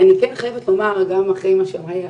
אני כן חייבת לומר, גם אחרי מה שאמרה יערה,